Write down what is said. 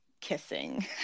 kissing